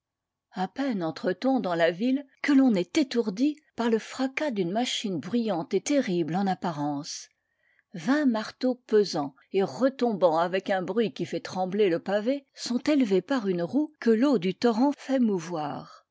a peine entre t on dans la ville que l'on est étourdi par le fracas d'une machine bruyante et terrible en apparence vingt marteaux pesants et retombant avec un bruit qui fait trembler le pavé sont élevés par une roue que l'eau du torrent fait mouvoir